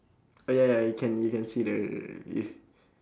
oh ya ya you can you can see the yes